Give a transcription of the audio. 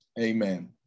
Amen